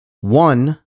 one